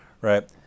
right